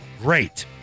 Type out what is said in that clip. great